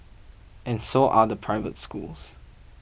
and so are the private schools